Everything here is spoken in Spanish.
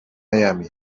miami